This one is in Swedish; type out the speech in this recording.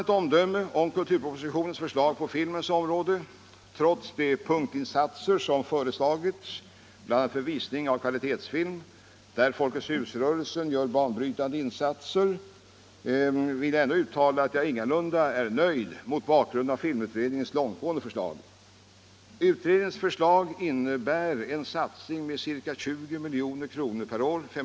Trots de punktinsatser som föreslagits, bl.a. för visning av kvalitetsfilm — där Folkets Hus-rörelsen gör banbrytande insatser — vill jag som allmänt omdöme om kulturpropositionens förslag på filmens område uttala besvikelse mot bakgrund av filmutredningens långtgående förslag. Utredningens förslag innebär en satsning med ca 20 milj.kr. per år.